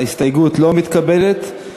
יצחק וקנין,